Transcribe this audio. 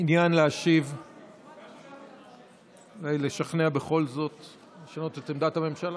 עניין להשיב ולשכנע בכל זאת לשנות את עמדת הממשלה?